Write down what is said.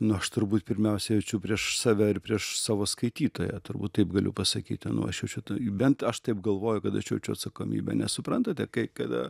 nu aš turbūt pirmiausia jaučiu prieš save ir prieš savo skaitytoją turbūt taip galiu pasakyti nu aš jaučiu tai bent aš taip galvoju kad aš jaučiu atsakomybę nes suprantate kai kada